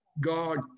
God